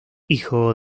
hijo